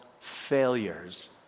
failures